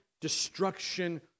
destruction